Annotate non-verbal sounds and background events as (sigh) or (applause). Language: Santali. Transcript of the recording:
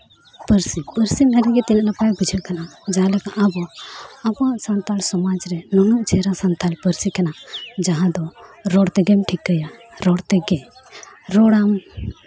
ᱯᱟᱹᱨᱥᱤ ᱯᱟᱹᱨᱥᱤ (unintelligible) ᱛᱤᱱᱟᱹᱜ ᱱᱟᱯᱟᱭ ᱵᱩᱡᱷᱟᱹᱜ ᱠᱟᱱᱟ ᱡᱟᱦᱟᱸ ᱞᱮᱠᱟ ᱟᱵᱚ ᱟᱵᱚᱣᱟᱜ ᱥᱟᱱᱛᱟᱲ ᱥᱚᱢᱟᱡᱽ ᱨᱮ ᱱᱩᱱᱟᱹᱜ ᱪᱮᱦᱨᱟ ᱥᱟᱱᱛᱟᱲ ᱯᱟᱹᱨᱥᱤ ᱠᱟᱱᱟ ᱡᱟᱦᱟᱸ ᱫᱚ ᱨᱚᱲ ᱛᱮᱜᱮᱢ ᱴᱷᱤᱠᱟᱹᱭᱟ ᱨᱚᱲ ᱛᱮᱜᱮ ᱨᱚᱲᱟᱢ